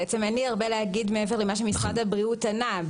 אין לי הרבה להגיד מעבר למה שמשרד הבריאות ענה.